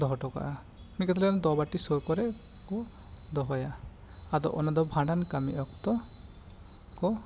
ᱫᱚᱦᱚ ᱚᱴᱚᱠᱟᱜᱼᱟ ᱢᱤᱫ ᱠᱟᱹᱴᱤᱡ ᱫᱚ ᱵᱟᱹᱴᱤ ᱥᱩᱨ ᱠᱚᱨᱮ ᱠᱚ ᱫᱚᱦᱟᱭᱟ ᱟᱫᱚ ᱚᱱᱟ ᱫᱚ ᱵᱷᱟᱱᱰᱟᱱ ᱠᱟᱹᱢᱤ ᱚᱠᱛᱚ ᱠᱚ